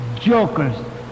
jokers